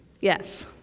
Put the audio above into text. Yes